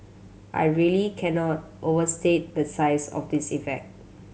I really cannot overstate the size of this effect